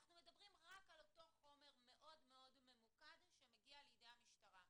מדברים רק על אותו חומר מאוד מאוד ממוקד שמגיע לידי המשטרה.